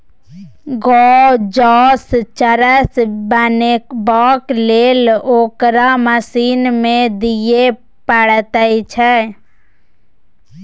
गांजासँ चरस बनेबाक लेल ओकरा मशीन मे दिए पड़ैत छै